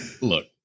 look